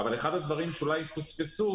אבל אחד הדברים שאולי פספסו,